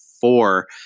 four